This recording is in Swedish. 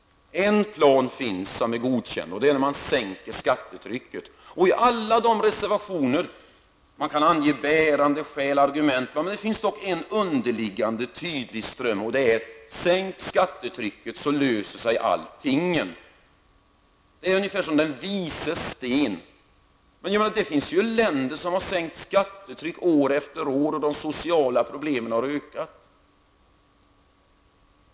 En plan finns som är godkänd, och det är när man sänker skattetrycket. I alla sina reservationer kan man ange bärande skäl och argument, men det finns en underliggande tydlig ström och det är: Sänk skattetrycket så löser sig allting. Det är ungefär som de vises sten. Men det finns länder som sänkt skattetrycket år efter år, och de sociala problemen har ökat.